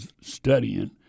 studying